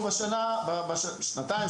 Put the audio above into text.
בשנתיים,